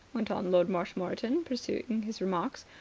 went on lord marshmoreton, pursuing his remarks.